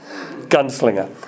Gunslinger